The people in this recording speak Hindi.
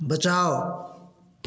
बचाओ